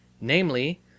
namely